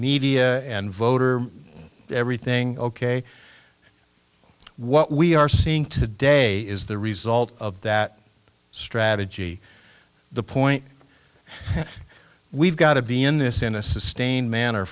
media and voter everything ok what we are seeing today is the result of that strategy the point we've got to be in this in a sustained man